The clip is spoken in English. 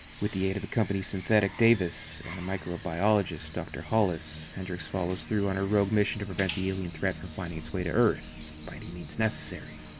with the aid of a company synthetic, davis, and a microbioligist, dr hollis, hendricks follows through on her rogue mission to prevent the alien threat from finding its way to earth, by any means necessary.